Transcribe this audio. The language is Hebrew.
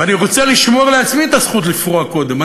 ואני רוצה לשמור לעצמי את הזכות לפרוע קודם.